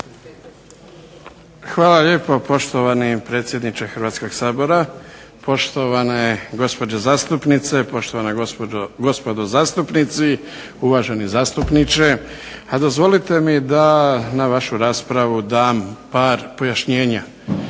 Hvala lijepa poštovani predsjedniče Hrvatskog sabora. Poštovane gospođe zastupnici poštovana gospodo zastupnici, uvaženi zastupnici. Dozvolite mi da na vašu raspravu dam par pojašnjenja,